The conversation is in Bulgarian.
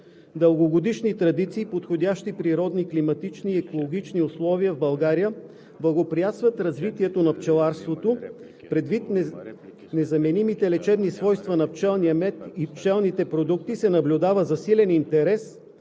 „Дългогодишни традиции, подходящи природни климатични и екологични условия в България благоприятстват развитието на пчеларството. Предвид незаменимите лечебни свойства на пчелния мед и пчелните продукти се наблюдава засилен интерес